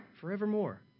forevermore